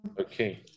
okay